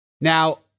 Now